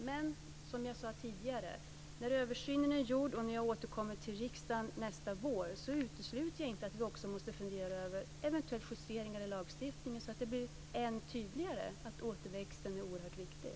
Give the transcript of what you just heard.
Men, som jag sade tidigare, när översynen är gjord och jag återkommer till riksdagen nästa vår utesluter jag inte att vi också måste fundera över eventuella justeringar i lagstiftningen så att det blir än tydligare att återväxten är oerhört viktig.